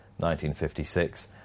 1956